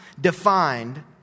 defined